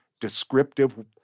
descriptive